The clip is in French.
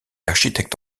architecte